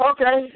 Okay